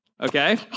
okay